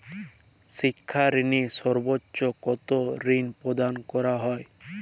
শিক্ষা ঋণে সর্বোচ্চ কতো ঋণ প্রদান করা হয়?